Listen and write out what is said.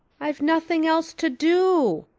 i've nothing else to do,